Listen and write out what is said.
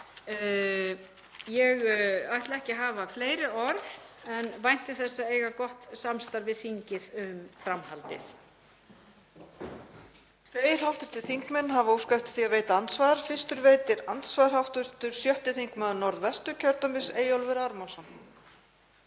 Ég ætla ekki að hafa fleiri orð en vænti þess að eiga gott samstarf við þingið um framhaldið.